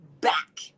back